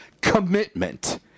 commitment